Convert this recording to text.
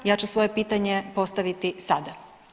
Ja ću svoje pitanje postaviti sada.